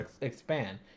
expand